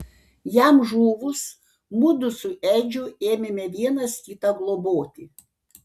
jam žuvus mudu su edžiu ėmėme vienas kitą globoti